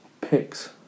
picks